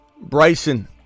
Bryson